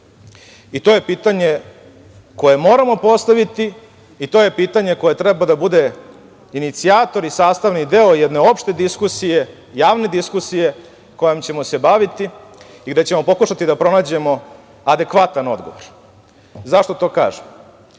je pitanje koje moramo postaviti i to je pitanje koje treba da bude inicijator i sastavni deo jedne opšte diskusije, javne diskusije kojom ćemo se baviti i gde ćemo pokušati da pronađemo adekvatan odgovor.Zašto to kažem?